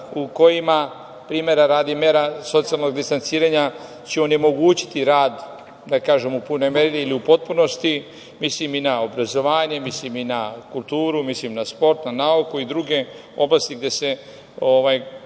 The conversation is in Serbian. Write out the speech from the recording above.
u kojima, primera radi mera socijalnog distanciranja će onemogućiti rad u punoj meri ili u potpunosti. Mislim i na obrazovanje, mislim i na kulturu, na sport, na nauku i druge oblasti gde